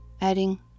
adding